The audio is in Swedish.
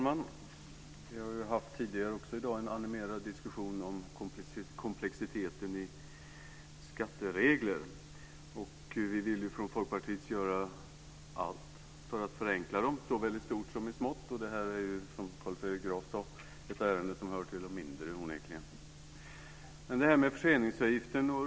Fru talman! Vi har tidigare i dag haft en animerad diskussion om komplexiteten i skatteregler. Vi vill från Folkpartiet göra allt för att förenkla dem såväl i stort som i smått. Det här är onekligen ett ärende som hör till de mindre, som Carl Fredrik Graf sade.